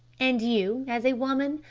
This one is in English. and you, as a woman,